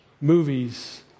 movies